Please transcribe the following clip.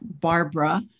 barbara